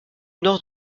nord